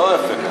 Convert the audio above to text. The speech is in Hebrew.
לא יפה ככה.